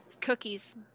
Cookies